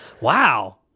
wow